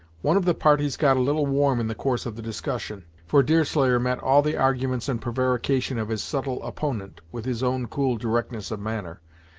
one of the parties got a little warm in the course of the discussion, for deerslayer met all the arguments and prevarication of his subtle opponent with his own cool directness of manner,